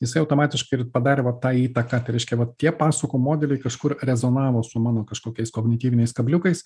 jisai automatiškai ir padarė va tą įtaką tai reiškia vat tie pasukų modeliai kažkur rezonavo su mano kažkokiais kognityviniais kabliukais